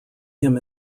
him